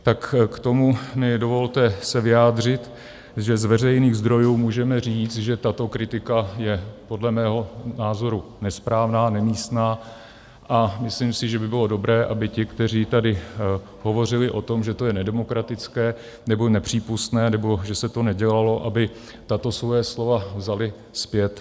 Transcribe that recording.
Tak k tomu mi dovolte se vyjádřit, že z veřejných zdrojů můžeme říct, že tato kritika je podle mého názoru nesprávná, nemístná a myslím si, že by bylo dobré, aby ti, kteří tady hovořili o tom, že to je nedemokratické nebo nepřípustné, nebo že se to nedělalo, aby tato svoje slova vzali zpět.